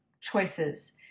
choices